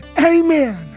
Amen